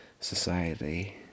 society